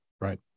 Right